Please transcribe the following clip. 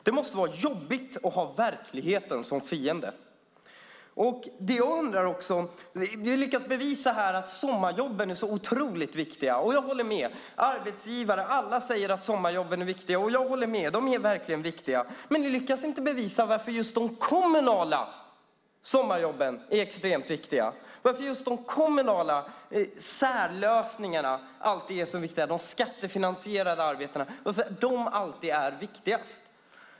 Det måste vara jobbigt att ha verkligheten som fiende! Vi har här lyckats bevisa att sommarjobben är otroligt viktiga. Arbetsgivare och andra säger att sommarjobben är viktiga. Jag håller med om det. De är verkligen viktiga. Men ni lyckas inte bevisa varför just de kommunala sommarjobben är extremt viktiga - varför just de kommunala särlösningarna alltid är så viktiga, varför de skattefinansierade arbetena alltid är viktigast.